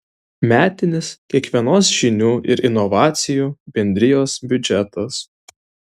metinis kiekvienos žinių ir inovacijų bendrijos biudžetas